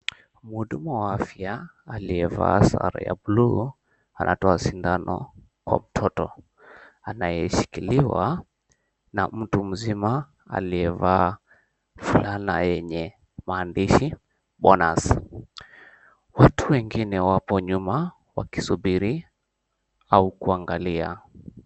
Mhudumu wa afya aliyevaa sare ya blue anatoa sindano kwa mtoto anayeshikiliwa na mtu mziima aliyevaa fulana yenye maandishi bonus, watu wengine wapo nyuma wakisubiri au kuangalia.